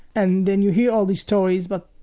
and then you hear all these stories but,